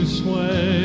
sway